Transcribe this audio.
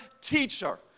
teacher